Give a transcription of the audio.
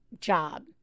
job